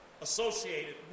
associated